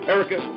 Erica